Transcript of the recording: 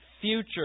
future